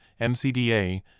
MCDA